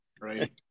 Right